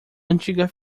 antiga